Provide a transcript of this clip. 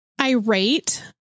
irate